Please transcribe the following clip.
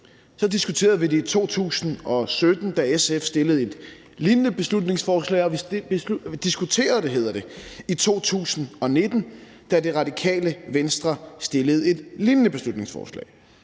Så diskuterede vi det i 2017, da SF fremsatte et lignende beslutningsforslag, og vi diskuterede det i 2019, da Radikale Venstre fremsatte et lignende beslutningsforslag.